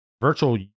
virtual